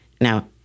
Now